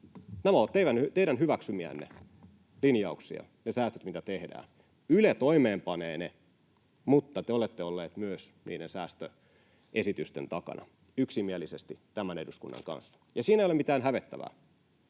ovat teidän hyväksymiänne linjauksia. Yle toimeenpanee ne, mutta te olette olleet myös niiden säästöesitysten takana, yksimielisesti tämän eduskunnan kanssa — ja siinä ei ole mitään hävettävää.